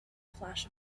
flash